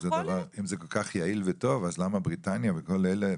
אם זה כל כך יעיל וטוב למה בריטניה וכל אלה?